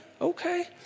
okay